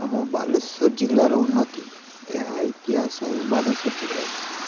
ଆମ ବାଲେଶ୍ୱର ଜିଲ୍ଲାର ଉନ୍ନତି ଏହା ଇତିହାସ ହିଁ ବାଲେଶ୍ୱର ଜିଲ୍ଲାର